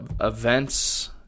events